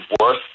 worth